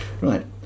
Right